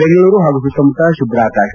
ಬೆಂಗಳೂರು ಹಾಗೂ ಸುತ್ತಮುತ್ತ ಶುಭ್ಧ ಆಕಾಶ